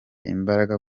imbaraga